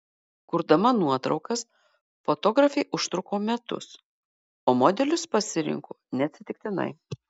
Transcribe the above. kurdama nuotraukas fotografė užtruko metus o modelius pasirinko neatsitiktinai